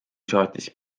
saatis